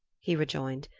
he rejoined,